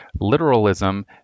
Literalism